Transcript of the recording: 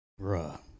bruh